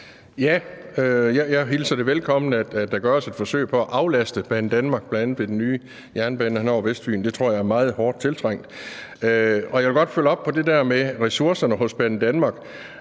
Jeg hilser det velkommen, at der gøres et forsøg på at aflaste Banedanmark, bl.a. ved den nye jernbane hen over Vestfyn. Det tror jeg er meget hårdt tiltrængt, og jeg vil godt følge op på det der med ressourcerne hos Banedanmark.